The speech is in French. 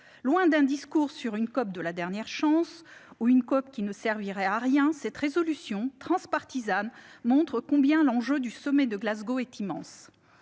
Loin d'un discours évoquant « une COP de la dernière chance » ou « une COP qui ne servirait à rien », cette proposition de résolution transpartisane montre combien l'enjeu du sommet de Glasgow est immense.